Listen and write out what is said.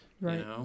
Right